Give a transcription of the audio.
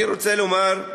אני רוצה לומר,